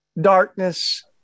darkness